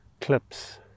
clips